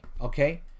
okay